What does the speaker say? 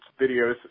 videos